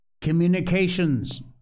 communications